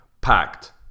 packed